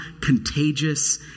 contagious